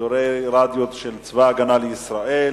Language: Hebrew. שידורי רדיו של צבא-הגנה לישראל